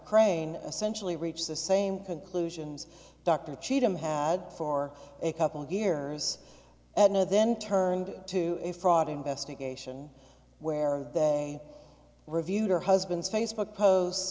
crane essentially reaches the same conclusions dr cheatham had for a couple of years and then turned to a fraud investigation where they reviewed her husband's facebook pos